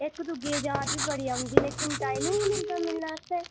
इक दूए दी याद बी बड़ी औंदी लेकिन टाईम निं मिलदा मिलने आस्तै